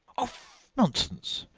off nonsense!